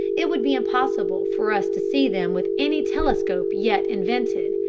it would be impossible for us to see them with any telescope yet invented,